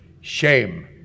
shame